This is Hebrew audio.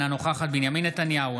אינה נוכחת בנימין נתניהו,